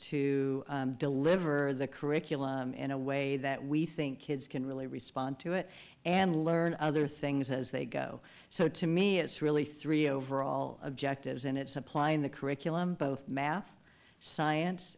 to deliver the curriculum in a way that we think kids can really respond to it and learn other things as they go so to me it's really three overall objectives and it's applying the curriculum both math science